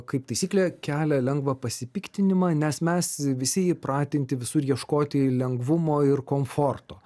kaip taisyklė kelia lengvą pasipiktinimą nes mes visi įpratinti visur ieškoti lengvumo ir komforto